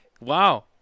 wow